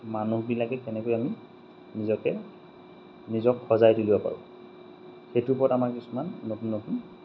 মানুহবিলাকে কেনেকৈ আমি নিজকে নিজক সজাই তুলিব পাৰোঁ সেইটোৰ ওপৰত আমাৰ কিছুমান নতুন নতুন